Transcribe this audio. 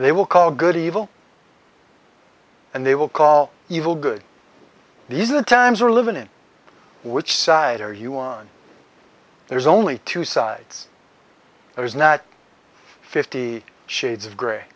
they will call good evil and they will call evil good these are the times we're living in which side are you on there's only two sides there is not fifty shades of grey